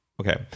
Okay